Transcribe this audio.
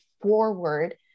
forward